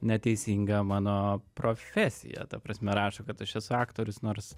neteisingą mano profesiją ta prasme rašo kad aš esu aktorius nors